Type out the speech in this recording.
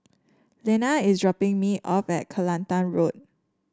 Lenna is dropping me off at Kelantan Road